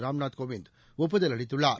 ராம்நாத் கோவிந்த் ஒப்புதல் அளித்துள்ளார்